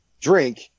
drink